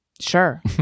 Sure